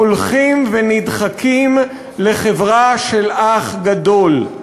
הולכים ונדחקים לחברה של אח גדול.